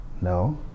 no